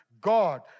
God